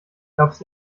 glaubst